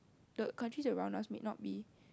the countries around us may not be